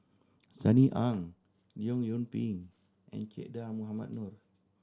Sunny Ang Leong Yoon Pin and Che Dah Mohamed Noor